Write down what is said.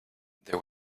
there